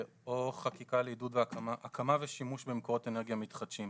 או חקיקה לעידוד הקמה ושימוש במקורות אנרגיה מתחדשים.